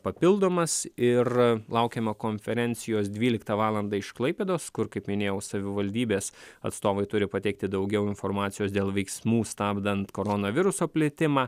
papildomas ir laukiama konferencijos dvyliktą valandą iš klaipėdos kur kaip minėjau savivaldybės atstovai turi pateikti daugiau informacijos dėl veiksmų stabdant koronaviruso plitimą